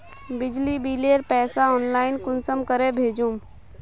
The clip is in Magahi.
बिजली बिलेर पैसा ऑनलाइन कुंसम करे भेजुम?